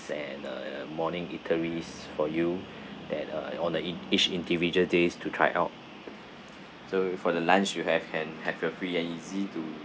and uh morning eateries for you that uh on the ea~ each individual days to try out so for the lunch you have hand have your free and easy to